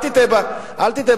אל תטעה בעניין.